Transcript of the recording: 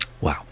Wow